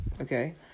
okay